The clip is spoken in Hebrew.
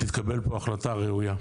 תתקבל פה החלטה ראויה.